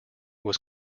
was